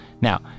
Now